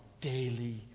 daily